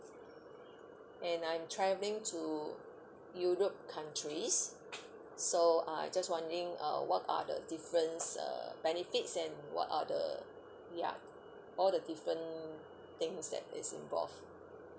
and I'm travelling to europe countries so uh just wondering uh what are the difference uh benefits and what are the ya all the different things that is involved